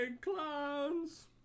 clowns